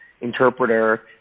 interpreter